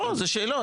לא, זה שאלות.